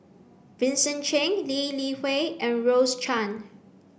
Vincent Cheng Lee Li Hui and Rose Chan